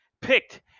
picked